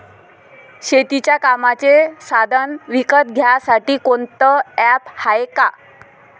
शेतीच्या कामाचे साधनं विकत घ्यासाठी कोनतं ॲप हाये का?